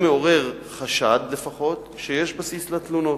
זה מעורר חשד, לפחות, שיש בסיס לתלונות.